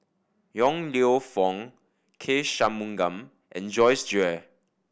Yong Lew Foong K Shanmugam and Joyce Jue